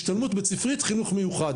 השתלמות בית ספרית, חינוך מיוחד